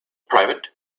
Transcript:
private